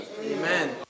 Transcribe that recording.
Amen